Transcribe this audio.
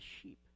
sheep